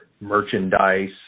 merchandise